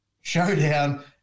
showdown